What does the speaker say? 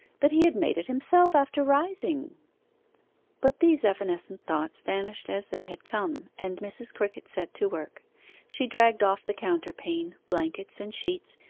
that he had made it himself after rising but these evanescent thoughts vanished as they had come, and mrs. crickett set to work she dragged off the counterpane, blankets and sheets,